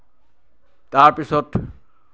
তাৰপিছত